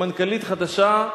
מנכ"לית חדשה,